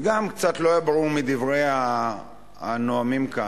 גם קצת לא היה ברור מדברי הנואמים כאן: